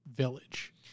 village